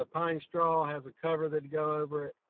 ah pine straw has a cover that go over it.